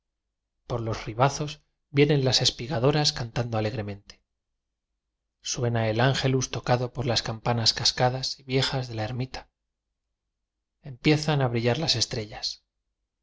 por los ribazos vienen las espigadoras cantando alegremente suena el ángelus tocado pol las campanas cascadas y viejas de la ermiía empiezan a brillar las estrellas